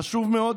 חשוב מאוד,